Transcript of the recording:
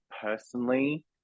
personally